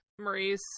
Maurice